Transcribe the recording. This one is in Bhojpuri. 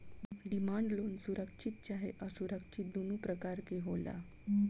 डिमांड लोन सुरक्षित चाहे असुरक्षित दुनो प्रकार के होला